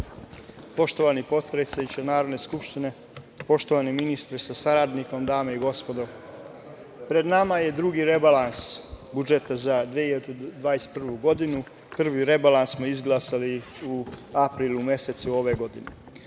Poštovani potpredsedniče Narodne skupštine, poštovani ministre sa saradnikom, dame i gospodo, pred nama je drugi rebalans budžeta za 2021. godinu. Prvi rebalans smo izglasali u aprilu mesecu ove godine.U